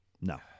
No